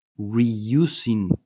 reusing